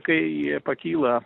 kai pakyla